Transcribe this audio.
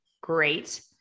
great